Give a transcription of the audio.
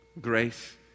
Grace